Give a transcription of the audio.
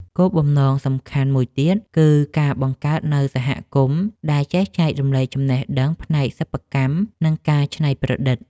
គោលបំណងសំខាន់មួយទៀតគឺការបង្កើតនូវសហគមន៍ដែលចេះចែករំលែកចំណេះដឹងផ្នែកសិប្បកម្ម និងការច្នៃប្រឌិត។